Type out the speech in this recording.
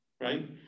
right